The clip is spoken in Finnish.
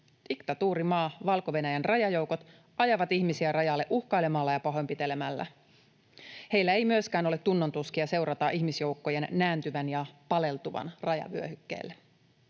Diktatuurimaa Valko-Venäjän rajajoukot ajavat ihmisiä rajalle uhkailemalla ja pahoinpitelemällä. Heillä ei myöskään ole tunnontuskia seurata ihmisjoukkojen nääntyvän ja paleltuvan rajavyöhykkeelle.